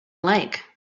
like